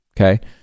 okay